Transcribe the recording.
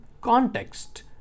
context